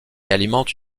alimente